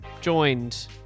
Joined